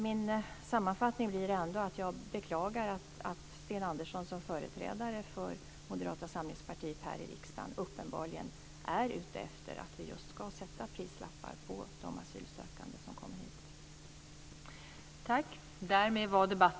Min sammanfattning blir ändå att jag beklagar att Sten Andersson som företrädare för Moderata samlingspartiet här i riksdagen uppenbarligen är ute efter att vi just ska sätta prislappar på de asylsökande som kommer hit.